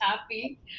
happy